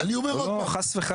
לא, חס וחלילה.